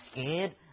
scared